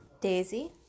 Daisy